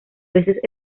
veces